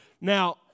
Now